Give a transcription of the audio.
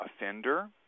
offender